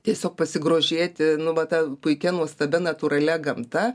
tiesiog pasigrožėti nu vat ta puikia nuostabia natūralia gamta